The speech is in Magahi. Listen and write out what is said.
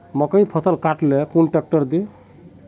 मकईर फसल काट ले कुन ट्रेक्टर दे?